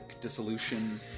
dissolution